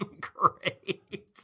great